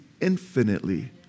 infinitely